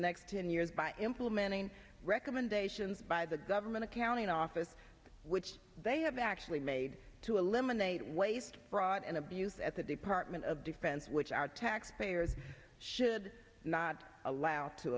next ten years by implementing recommendations by the government accounting office which they have actually made to eliminate waste fraud and abuse at the department of defense which are taxpayers should not allow to